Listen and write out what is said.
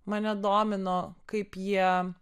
mane domino kaip jie